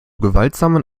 gewaltsamen